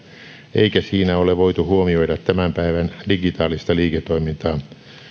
eikä siinä ole voitu huomioida tämän päivän digitaalista liiketoimintaa